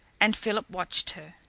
and philip watched her.